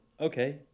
Okay